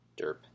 Derp